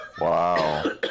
Wow